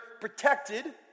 protected